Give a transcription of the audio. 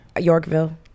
Yorkville